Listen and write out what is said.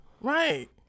right